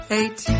eight